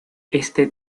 este